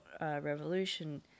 revolution